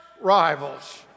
rivals